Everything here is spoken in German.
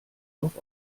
auf